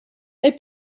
they